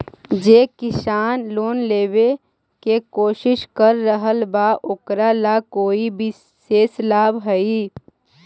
जे किसान लोन लेवे के कोशिश कर रहल बा ओकरा ला कोई विशेष लाभ हई?